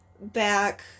back